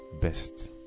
best